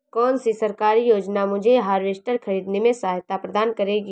कौन सी सरकारी योजना मुझे हार्वेस्टर ख़रीदने में सहायता प्रदान करेगी?